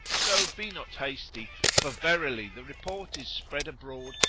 so be not hasty for verily the report is spread abroad,